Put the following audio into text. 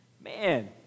Man